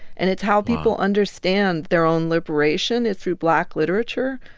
and it's how people understand their own liberation is through black literature.